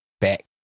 back